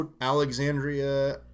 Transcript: Alexandria